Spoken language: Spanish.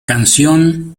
canción